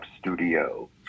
studio